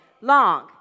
long